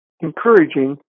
encouraging